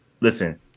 listen